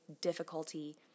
difficulty